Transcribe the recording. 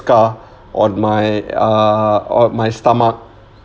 scar on my uh on my stomach